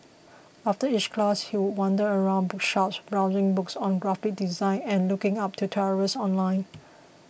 after each class he would wander around bookshops browsing books on graphic design and looking up tutorials online